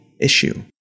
issue